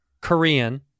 Korean